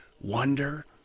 wonder